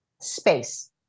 space